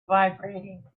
vibrating